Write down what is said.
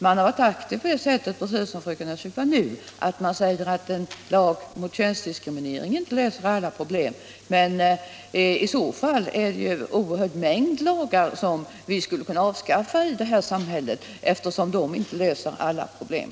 Man har varit aktiv på det sättet, precis som fröken Öhrsvik var nu, att man sagt att en lag mot könsdiskriminering inte löser alla problem. Men i så fall är det ju en oerhörd mängd lagar som vi skulle kunna avskaffa i det här samhället, eftersom de inte löser alla problem.